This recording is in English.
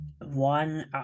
one